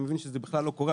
אני מבין שזה בכלל לא קורה.